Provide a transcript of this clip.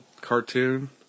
cartoon